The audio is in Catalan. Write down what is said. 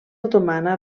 otomana